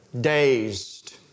dazed